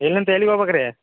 ಎಲ್ಲಿಂದ ಎಲ್ಲಿಗೆ ಹೋಗ್ಬೇಕು ರೀ